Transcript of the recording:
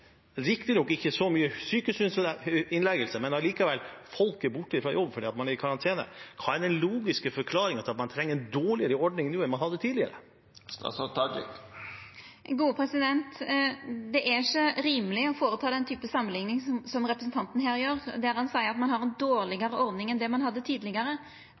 riktignok ikke så mange sykehusinnleggelser, men folk er likevel borte fra jobb, fordi man er i karantene – trenger en dårligere ordning enn tidligere? Det er ikkje rimeleg å gjera den typen samanlikning som representanten her gjer, der han seier at ein har ei dårlegare ordning enn tidlegare. Vel, ein hadde